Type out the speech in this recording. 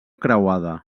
creuada